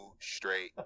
straight